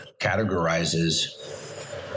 categorizes